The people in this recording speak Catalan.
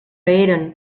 eren